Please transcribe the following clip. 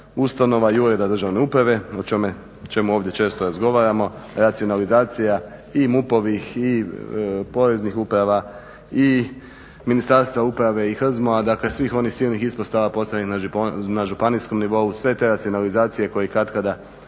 ustanova i Ureda državne uprave o čemu ovdje često razgovaramo, racionalizacija i MUP-ovih i poreznih uprava i Ministarstva uprave i HZMO-a. Dakle, svih onih silnih ispostava posebno na županijskom nivou. Sve te racionalizacije koje katkada